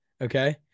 Okay